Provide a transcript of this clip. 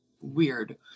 weird